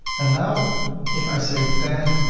and now if i say ten,